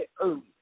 early